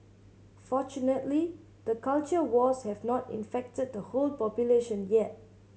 fortunately the culture wars have not infected the whole population yet